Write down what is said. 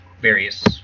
various